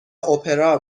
اپرا